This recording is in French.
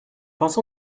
pensons